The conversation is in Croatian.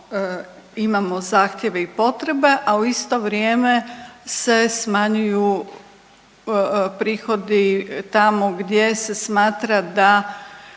imamo zahtjeve i potrebe, a u isto vrijeme se smanjuju prihodi tamo gdje se smatra da